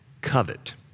covet